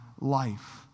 life